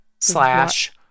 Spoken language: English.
slash